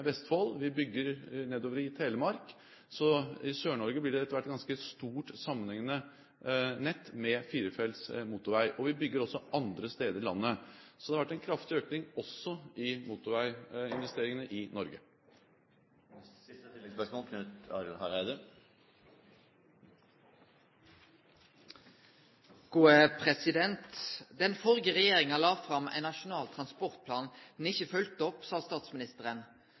Vestfold, og vi bygger nedover i Telemark, så i Sør-Norge blir det etter hvert et ganske stort sammenhengende nett med firefelts motorvei. Vi bygger også andre steder i landet, så det har vært en kraftig økning også i motorveiinvesteringene i Norge. Knut Arild Hareide – til siste oppfølgingsspørsmål. Den førre regjeringa la fram ein nasjonal transportplan ho ikkje følgde opp, sa statsministeren.